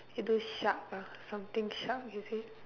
it was shark ah something shark is it